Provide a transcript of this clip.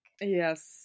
Yes